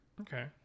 Okay